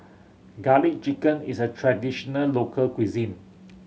Garlic Chicken is a traditional local cuisine